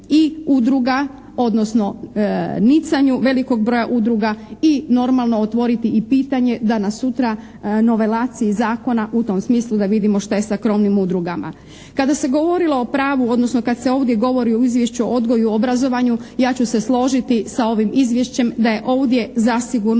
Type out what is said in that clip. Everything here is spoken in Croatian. i udruga odnosno nicanju velikog broja udruga i normalno otvoriti i pitanje danas, sutra, novelaciji zakona u tom smislu da vidimo šta je sa krovnim udrugama. Kada se govorilo o pravu, odnosno kad se ovdje govori u izvješću o odgoju i obrazovanju ja ću se složiti sa ovim izvješćem da je ovdje zasigurno